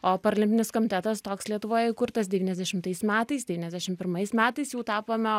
o paralimpinis komitetas toks lietuvoj įkurtas devyniasdešimtais metais devyniasdešim pirmais metais jau tapome